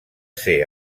ser